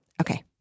Okay